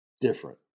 different